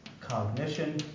cognition